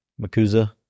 Makuza